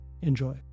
Enjoy